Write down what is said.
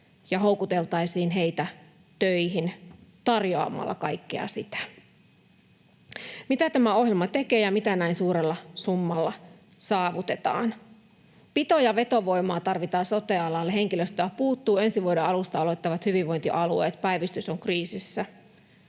ja houkuteltaisiin heitä töihin tarjoamalla kaikkea sitä? Mitä tämä ohjelma tekee ja mitä näin suurella summalla saavutetaan? Pito- ja vetovoimaa tarvitaan sote-alalle, henkilöstöä puuttuu, ensi vuoden alusta aloittavat hyvinvointialueet, päivystys on kriisissä.